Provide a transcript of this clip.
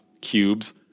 cubes